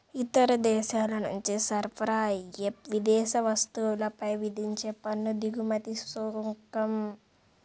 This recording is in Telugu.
ఇతర దేశాల నుంచి సరఫరా అయ్యే విదేశీ వస్తువులపై విధించే పన్ను దిగుమతి సుంకం